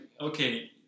okay